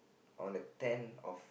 on the tenth of